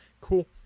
cool